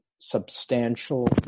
substantial